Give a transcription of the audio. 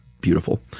Beautiful